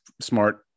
smart